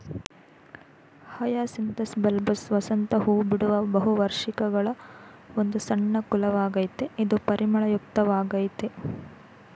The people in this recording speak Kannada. ಹಯಸಿಂಥಸ್ ಬಲ್ಬಸ್ ವಸಂತ ಹೂಬಿಡುವ ಬಹುವಾರ್ಷಿಕಗಳ ಒಂದು ಸಣ್ಣ ಕುಲವಾಗಯ್ತೆ ಇದು ಪರಿಮಳಯುಕ್ತ ವಾಗಯ್ತೆ